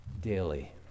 daily